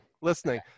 listening